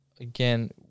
again